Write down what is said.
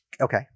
Okay